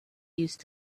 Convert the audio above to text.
used